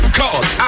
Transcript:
cause